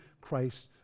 Christ